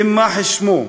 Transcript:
יימח שמו,